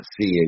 see